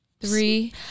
Three